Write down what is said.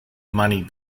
money